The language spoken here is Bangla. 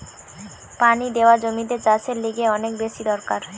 পানি দেওয়া জমিতে চাষের লিগে অনেক বেশি দরকার